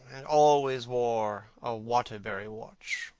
and always wore a waterbury watch.